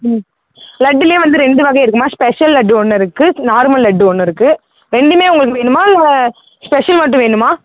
ம் லட்டிலே வந்து ரெண்டு வகை இருக்குதும்மா ஸ்பெஷல் லட்டு ஒன்று இருக்குது நார்மல் லட்டு ஒன்று இருக்குது ரெண்டுமே உங்களுக்கு வேணுமா இல்லை ஸ்பெஷல் லட்டு வேணுமா